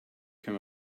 come